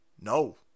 No